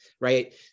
right